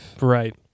Right